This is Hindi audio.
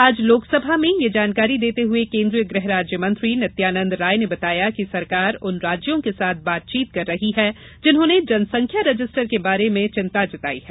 आज लोकसभा में यह जानकारी देते हुए केंद्रीय गृह राज्य मंत्री नित्याननंद राय ने बताया कि सरकार उन राज्यों के साथ बातचीत कर रही है जिन्होंने जनसंख्या रजिस्टर के बारे में चिंता जताई है